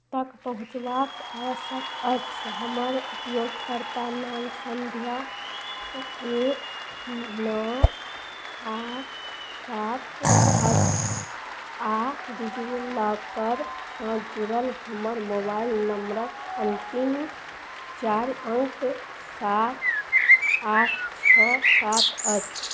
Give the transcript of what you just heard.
तक पहुंँचबाक आवश्यक अछि हमर उपयोगकर्ता नाम संध्या एक नओ आठ सात अछि आ डीजीलौकरसंँ जुड़ल हमर मोबाइल नंबरक अंतिम चारि अङ्क सात आठ छओ सात अछि